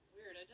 Weird